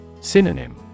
Synonym